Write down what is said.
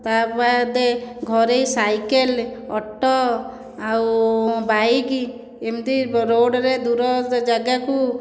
ତା' ବାଦ ଘରୋଇ ସାଇକେଲ ଅଟୋ ଆଉ ବାଇକ ଏମିତି ରୋଡ଼ରେ ଦୂର ଜାଗାକୁ